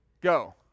go